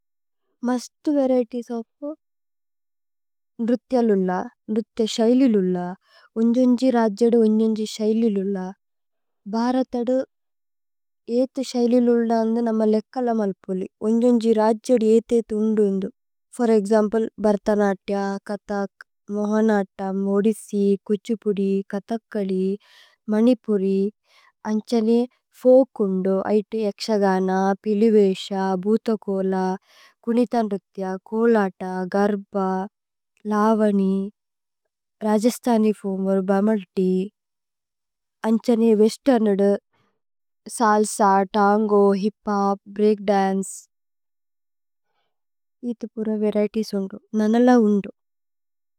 മസ്തു varieties of ന്രിത്യ ലുല്ല, ന്രിത്യ ശൈലി। ലുല്ല, ഉന്ജുന്ജി രജ്ജദു ഉന്ജുന്ജി ശൈലി ലുല്ല। ഭ്ഹരതദു ഏതു ശൈലി ലുല്ല അന്ധു നമ ലേക്കല। മല്പുലി, ഉന്ജുന്ജി രജ്ജദു ഏതേതു ഉന്ദു ഉന്ദു ഫോര്। ഏക്സമ്പ്ലേ, ഭരതനത്യ, കഥക്, മോഹനതമ്, ഓദിസ്സി। കുഛുപുദി, കഥകലി, മനിപുരി, അന്ധനേ ഫോല്ക് ഉന്ദു। ഇതു ഏക്ശഗന, പിലിവേശ, ഭുതകോല, കുനിതന്തത്യ। കോലത, ഗര്ഭ, ലവനി, രജസ്ഥനി ഫൂമുര്, ബമല്തി അന്ധനേ വേസ്തേര്നുദു, സല്സ, തന്ഗോ, ഹിഫോപ്। ബ്രേഅക്ദന്ചേ ഏതു പുര വരിഏതിഏസ് ഉന്ദു നനല ഉന്ദു।